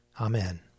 Amen